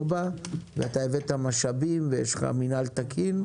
בה והבאת משאבים ויש לך מינהל תקין,